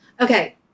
Okay